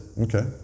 Okay